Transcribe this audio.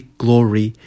glory